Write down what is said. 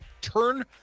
turn